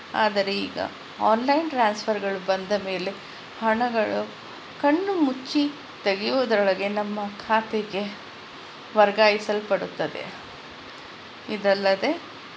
ಆದರೆ ಈಗ ಆನ್ಲೈನ್ ಟ್ರಾನ್ಸ್ಫರ್ಗಳು ಬಂದ ಮೇಲೆ ಹಣಗಳು ಕಣ್ಣು ಮುಚ್ಚಿ ತೆಗೆಯೋದ್ರೊಳಗೆ ನಮ್ಮ ಖಾತೆಗೆ ವರ್ಗಾಯಿಸಲ್ಪಡುತ್ತದೆ ಇದಲ್ಲದೆ